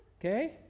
okay